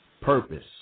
purpose